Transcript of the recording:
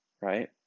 right